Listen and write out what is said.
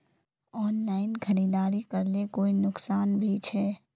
Online खरीदारी करले कोई नुकसान भी छे?